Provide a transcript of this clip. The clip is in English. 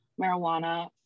marijuana